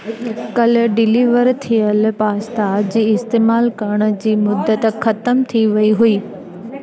कल्ह डिलीवर थियल पास्ता जी इस्तमाल करण जी मुदत ख़तम थी वई हुई